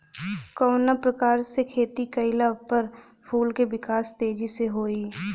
कवना प्रकार से खेती कइला पर फूल के विकास तेजी से होयी?